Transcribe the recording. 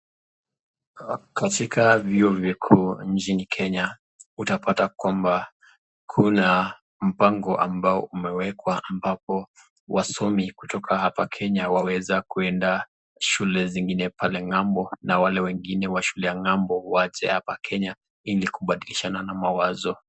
katika vyo vikuu nchini kenya utapata kwamba kuna mpango ambao umewekwa ambapo wasomi kutoka hapa kenya wanaweza kuenda shule zingine pale ngambo na wale wengine wa shule ya ngambo waje hapa kenya ilikubadilishana mawazo.